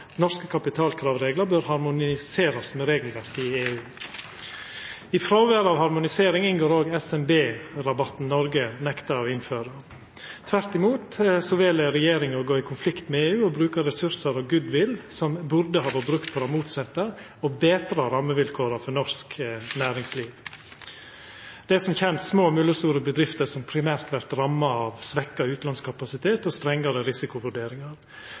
norske kapitalkravreglar bør harmoniserast med regelverket i EU. I fråvær av harmonisering inngår òg SMB-rabatten som Noreg nekta å innføra. Tvert imot vel regjeringa å gå i konflikt med EU og bruka ressursar og goodwill som burde ha vore brukte på det motsette: å betra rammevilkåra for norsk næringsliv. Det er som kjent små og mellomstore bedrifter som primært vert ramma av svekt utanlandsk kapasitet og strengare risikovurderingar.